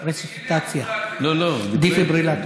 דפיברילטור.